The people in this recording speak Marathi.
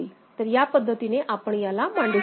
तर या पद्धतीने आपण याला मांडु शकतो